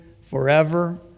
forever